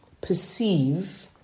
perceive